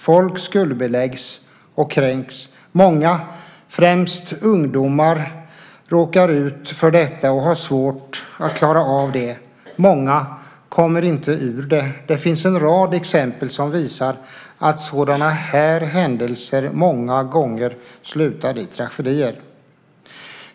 Folk skuldbeläggs och kränks. Många, främst ungdomar, som råkar ut för detta har svårt att klara av det. Många kommer inte ur det. Det finns en rad exempel som visar att sådana här händelser många gånger slutar i tragedier.